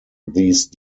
these